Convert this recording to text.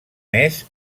més